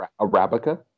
arabica